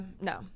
no